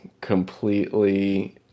completely